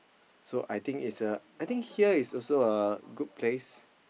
so I think it's a I think here is also a good place